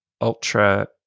Ultra